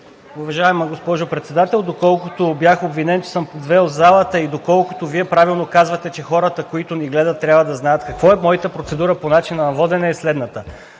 Уважаема госпожо Председател, доколкото бях обвинен, че съм подвел залата и доколкото Вие правилно казвате, че хората, които ни гледат, трябва да знаят какво е, моята процедура по начина на водене е следната.